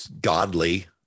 godly